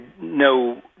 no